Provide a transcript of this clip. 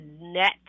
net